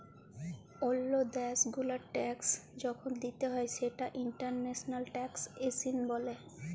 ওল্লো দ্যাশ গুলার ট্যাক্স যখল দিতে হ্যয় সেটা ইন্টারন্যাশনাল ট্যাক্সএশিন